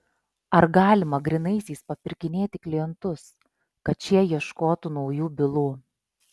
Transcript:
ar galima grynaisiais papirkinėti klientus kad šie ieškotų naujų bylų